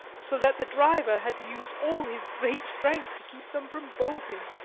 so that the driver had to use all his great strength to keep them from bolting.